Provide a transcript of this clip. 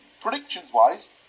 Predictions-wise